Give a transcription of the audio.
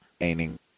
aiming